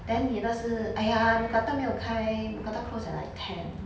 then 你那是 !aiya! mookata 没有开 mookata close at like ten